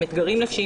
עם אתגרים נפשיים,